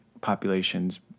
populations